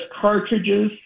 cartridges